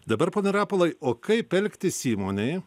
dabar pone rapolai o kaip elgtis įmonei